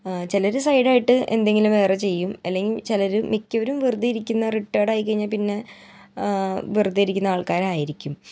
ചിലർ സൈഡ് ആയിട്ട് എന്തെങ്കിലും വേറെ ചെയ്യും അല്ലെങ്കിൽ ചിലർ മിക്കവരും വെറുതെ ഇരിക്കുന്ന റിട്ടയർഡ് ആയി കഴിഞ്ഞാൽ പിന്നെ വെറുതെ ഇരിക്കുന്ന ആൾക്കാർ ആയിരിക്കും